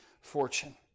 fortune